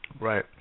Right